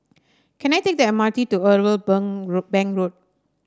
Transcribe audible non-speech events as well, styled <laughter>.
can I take the M R T to Irwell <unintelligible> Road Bank Road